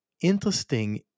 interesting